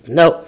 no